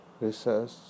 research